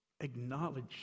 Acknowledge